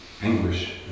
anguish